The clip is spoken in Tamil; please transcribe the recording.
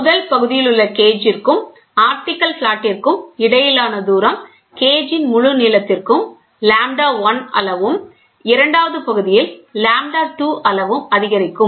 முதல் பகுதியிலுள்ள கேஜ் ற்கும் ஆப்டிகல் பிளாட்டிற்கும் இடையிலான தூரம் கேஜ்ன் முழு நீளத்திற்கும் δ1 அளவும் இரண்டாவது பகுதியில் δ2 அளவும் அதிகரிக்கும்